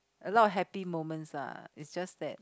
a lot of happy moments lah it's just that